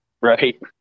Right